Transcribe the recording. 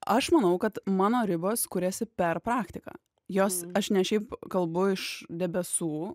aš manau kad mano ribos kuriasi per praktiką jos aš ne šiaip kalbu iš debesų